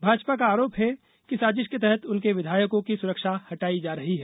भाजपा का आरोप है कि साजिश के तहत उनके विधायकों की सुरक्षा हटाई जा रही है